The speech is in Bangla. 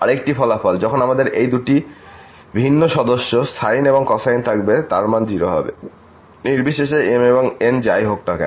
আরেকটি ফলাফল যখন আমাদের এই দুটি ভিন্ন সদস্য সাইন এবং কোসাইন থাকবে তখন মান 0 হবে নির্বিশেষে m এবং n যাই হোক না কেন